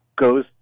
goes